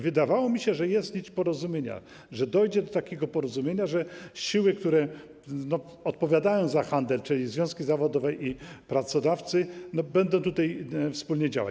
Wydawało mi się, że jest nić porozumienia, że dojdzie do takiego porozumienia, że siły, które odpowiadają za handel, czyli związki zawodowe i pracodawcy, będą wspólnie działać.